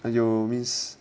!aiyo! means